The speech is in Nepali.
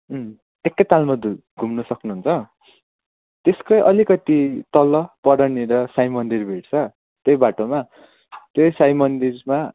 एकैतालमा घुम्नु सक्नुहुन्छ त्यसकै अलिकति तल परनिर साई मन्दिर भेट्छ त्यही बाटोमा त्यही साई मन्दिरमा